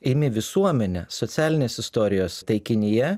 imi visuomenę socialinės istorijos taikinyje